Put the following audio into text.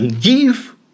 give